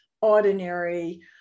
ordinary